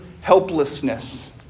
helplessness